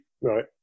Right